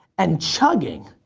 and chugging.